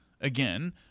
again